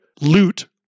loot